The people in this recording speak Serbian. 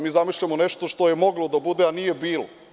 Mi zamišljamo nešto što je moglo da bude a nije bilo.